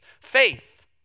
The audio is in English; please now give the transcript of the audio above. faith